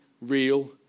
real